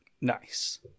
Nice